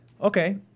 Okay